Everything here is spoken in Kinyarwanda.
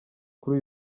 kuri